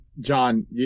John